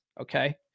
Okay